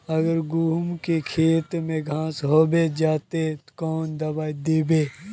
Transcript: अगर गहुम के खेत में घांस होबे जयते ते कौन दबाई दबे?